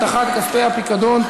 הבטחת כספי הפיקדון),